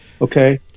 okay